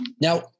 Now